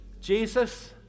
Jesus